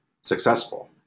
successful